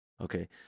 Okay